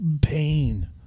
pain